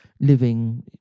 living